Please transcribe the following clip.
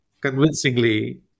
convincingly